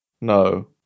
No